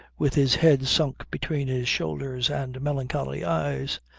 with his head sunk between his shoulders, and melancholy eyes.